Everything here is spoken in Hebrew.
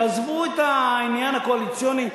תעזבו את העניין הקואליציוני,